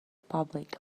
public